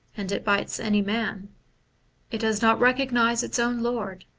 and it bites any man it does not recognize its own lord